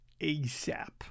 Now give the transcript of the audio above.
ASAP